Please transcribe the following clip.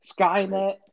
Skynet